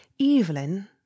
evelyn